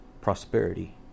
prosperity